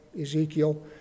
Ezekiel